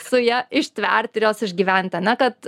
su ja ištverti ir jos išgyventi ane kad